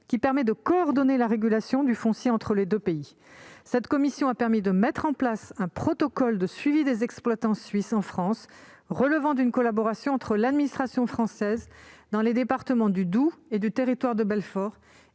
qui permet de coordonner la régulation du foncier entre les deux pays. Cette commission a permis de mettre en place un protocole de suivi des exploitants suisses en France relevant d'une collaboration entre l'administration française, dans les départements du Doubs et du Territoire de Belfort,